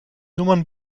nummern